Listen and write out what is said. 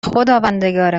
خداوندگار